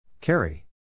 Carry